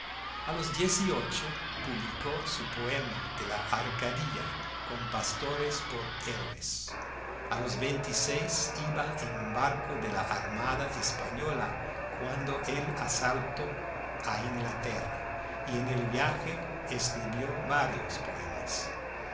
a los dieciocho publicó su poema de la arcadia con pastores por héroes a los veintiséis iba en un barco de la armada española cuando el asalto a inglaterra y en el viaje escribió varios poemas